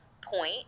point